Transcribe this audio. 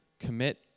commit